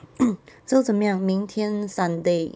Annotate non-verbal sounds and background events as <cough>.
<noise> so 怎么样明天 sunday